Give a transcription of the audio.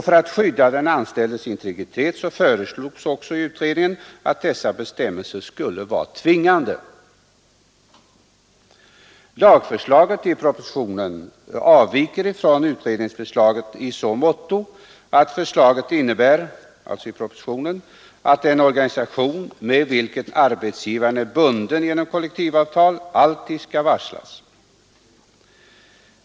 För att skydda den anställdes integritet föreslogs också i utredningen att dessa bestämmelser skulle vara tvingande. Lagförslaget i propositionen avviker från utredningsförslaget i så måtto att förslaget innebär att den organisation med vilken arbetsgivaren är bunden genom kollektivavtal alltid skall varslas.